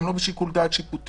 גם לא בשיקול דעת שיפוטי,